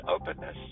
openness